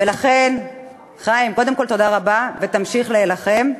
ולכן, חיים, קודם כול, תודה רבה, ותמשיך להילחם.